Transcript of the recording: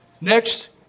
Next